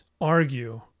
argue